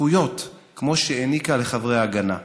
זכויות כמו שהעניקה לחברי ההגנה.